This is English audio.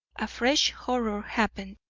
a fresh horror happened.